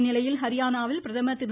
இந்நிலையில் ஹரியானாவில் பிரதமர் திரு